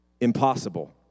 impossible